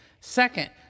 Second